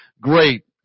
great